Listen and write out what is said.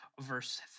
verse